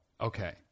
Okay